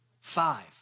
five